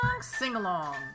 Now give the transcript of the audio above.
sing-along